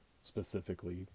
specifically